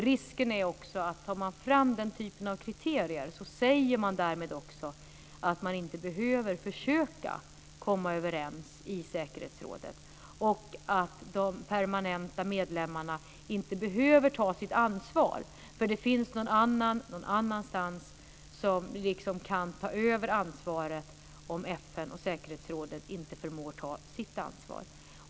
Risken är att tar man fram den typen av kriterier säger man därmed också att man inte behöver försöka komma överens i säkerhetsrådet, att de permanenta medlemmarna inte behöver ta sitt ansvar. Det finns någon annan någon annanstans som liksom kan ta över ansvaret om FN och säkerhetsrådet inte förmår ta sitt ansvar.